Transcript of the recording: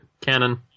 cannon